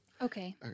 Okay